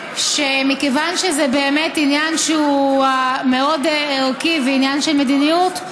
שמכיוון שזה באמת עניין שהוא מאוד ערכי ועניין של מדיניות,